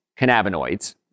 cannabinoids